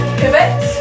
pivot